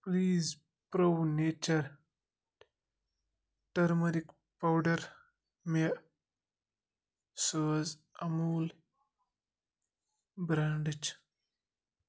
please pro nature turmeric powder مےٚ سوز اموٗل برینٛڈٕچ